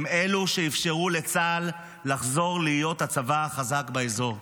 הם אלו שאפשרו לצה"ל לחזור להיות הצבא החזק באזור.